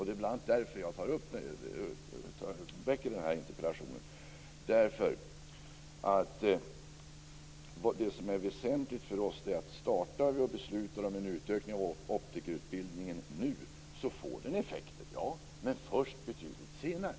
Det är bl.a. därför jag väckt den här interpellationen. Det som är väsentligt för oss är att om vi beslutar om en utökning av optikerutbildningen nu får det effekter, men först betydligt senare.